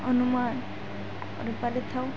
ଅନୁମାନ କରିପାରି ଥାଉଁ